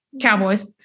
Cowboys